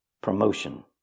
Promotion